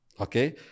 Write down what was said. Okay